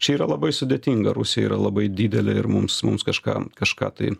čia yra labai sudėtinga rusija yra labai didelė ir mums mums kažką kažką tai